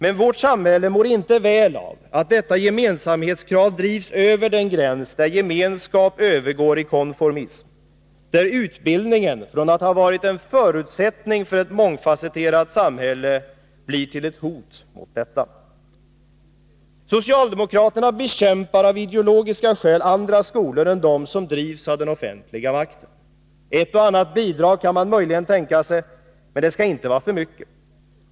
Men vårt samhälle mår inte väl av att detta gemensamhetskrav drivs över den gräns där gemenskap övergår i konformism, där utbildningen från att ha varit en förutsättning för ett mångfasetterat samhälle blir till ett hot mot detta. Socialdemokraterna bekämpar av ideologiska skäl andra skolor än dem som drivs av den offentliga makten. Ett och annat bidrag kan man möjligen tänka sig, men det skall inte vara för mycket.